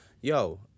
yo